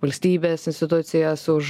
valstybės institucijas už